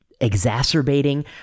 exacerbating